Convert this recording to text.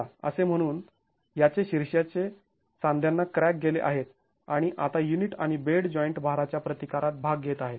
चला असे म्हणून याचे शीर्षाच्या सांध्यांना क्रॅक गेले आहेत आणि आता युनिट आणि बेड जॉईंट भाराच्या प्रतिकारात भाग घेत आहेत